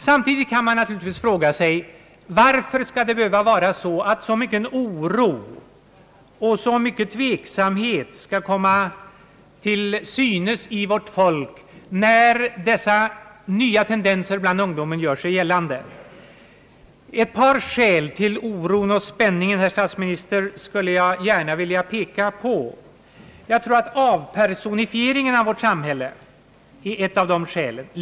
Samtidigt kan man naturligtvis fråga sig: Varför skall det behöva vara så, att så mycken oro och tveksamhet skall komma till synes hos vårt folk, när dessa nya tendenser bland ungdomen gör sig gällande? Ett par skäl till oron och spänningen, herr statsminister, skulle jag gärna vilja peka på. Jag tror att avpersonifieringen av vårt samhälle är ett av dessa skäl.